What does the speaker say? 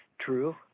true